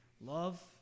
love